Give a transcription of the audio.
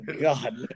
god